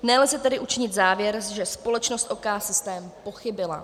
Nelze tedy učinit závěr, že společnost OKsystem pochybila.